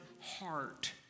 heart